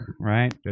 right